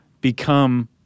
become